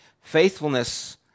Faithfulness